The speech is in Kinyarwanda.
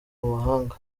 mahanga